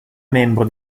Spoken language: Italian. membro